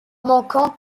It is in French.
manquante